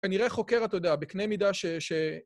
כנראה חוקר התודעה בקנה מידה ש...